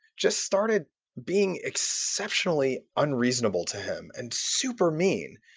just started being exceptionally unreasonable to him and super mean.